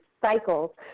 cycles